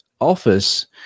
office